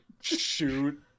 shoot